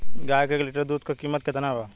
गाय के एक लीटर दूध कीमत केतना बा?